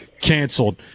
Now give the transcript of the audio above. canceled